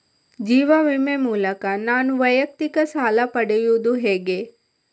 ಜೀವ ವಿಮೆ ಮೂಲಕ ನಾನು ವೈಯಕ್ತಿಕ ಸಾಲ ಪಡೆಯುದು ಹೇಗೆ?